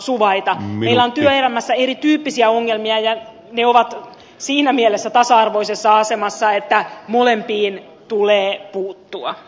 meillä on työelämässä erityyppisiä ongelmia ja ne ovat siinä mielessä tasa arvoisessa asemassa että molempiin tulee puuttua